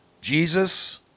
Jesus